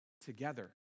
together